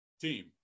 team